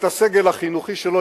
את הסגל החינוכי שלו,